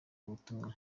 ubutumwa